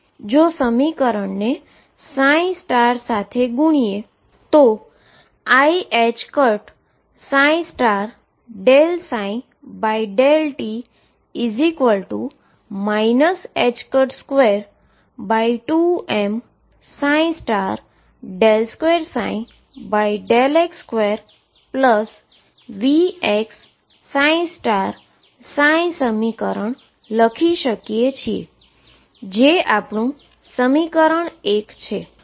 જો સમીકરણને સાથે ગુણીએ તો iℏ∂ψ∂t 22m2x2Vx સમીકરણ લખી શકીએ છીએ જે આપણું સમીકરણ 1 છે